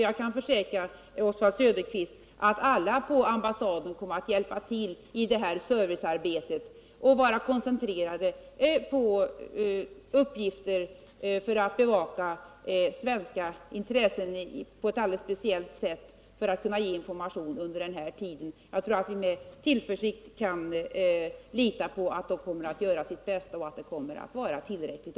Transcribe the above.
Jag kan försäkra Oswald Söderqvist att alla på ambassaden kommer att hjälpa till i det här servicearbetet och vara koncentrerade på att bevaka svenska intressen på ett alldeles speciellt sätt för att kunna ge information under den här tiden. Jag tror att vi kan lita på att de kommer att göra sitt bästa och hysa tillförsikt om att det kommer att vara tillräckligt.